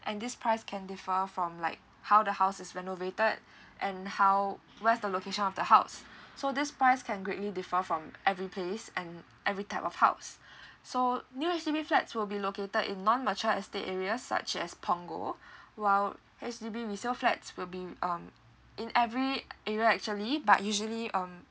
and this price can differ from like how the house is renovated and how where's the location of the house so this price can greatly differ from every place and every type of house so new H_D_B flats will be located in non mature estate area such as punggol H_D_B resale flats will be um in every area actually but usually um